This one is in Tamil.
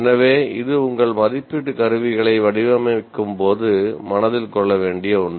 எனவே இது உங்கள் மதிப்பீட்டு கருவிகளை வடிவமைக்கும்போது மனதில் கொள்ள வேண்டிய ஒன்று